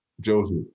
Joseph